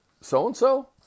so-and-so